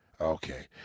Okay